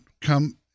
come